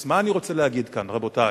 אז מה אני רוצה להגיד כאן, רבותי?